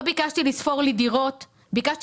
לא ביקשתי לספור לי דירות אלא ביקשתי